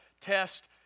test